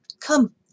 come